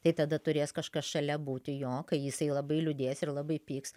tai tada turės kažkas šalia būti jo kai jisai labai liūdės ir labai pyks